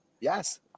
yes